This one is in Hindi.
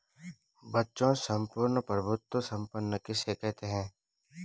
बच्चों सम्पूर्ण प्रभुत्व संपन्न किसे कहते हैं?